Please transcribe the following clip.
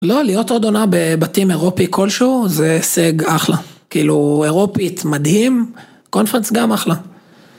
לא, להיות עוד עונה בבתים אירופי כלשהו, זה השג אחלה. כאילו, אירופית מדהים, קונפרנס גם אחלה.